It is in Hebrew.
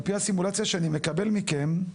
על פי הסימולציה שאני מקבל מכם,